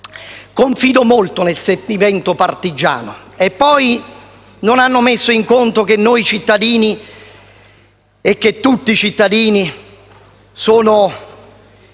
confido molto nel sentimento partigiano, e poi non hanno messo in conto che non tutti i cittadini sono